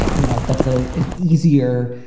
you know, that's a easier